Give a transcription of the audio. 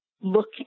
look